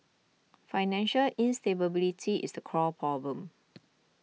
financial instability is the core problem